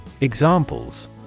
Examples